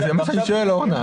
זה מה שאני שואל, אורנה.